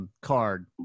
Card